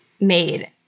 made